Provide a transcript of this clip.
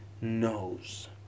knows